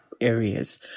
areas